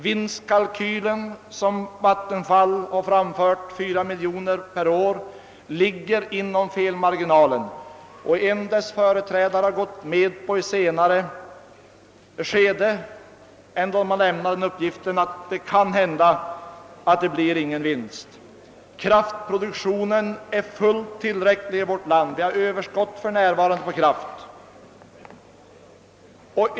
Vinstkalkylen som Vattenfall har anfört, 4 miljoner per år, ligger inom felmarginalen, och en dess företrädare har i ett senare skede gått med på att det kan hända att det inte blir någon vinst. Kraftproduktionen är fullt tillräcklig i vårt land — vi har för närvarande överskott på kraft.